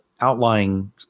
outlying